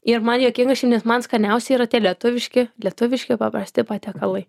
ir man juokinga čia nes man skaniausi yra tie lietuviški lietuviški paprasti patiekalai